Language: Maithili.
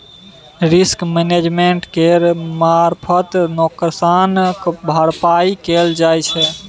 रिस्क मैनेजमेंट केर मारफत नोकसानक भरपाइ कएल जाइ छै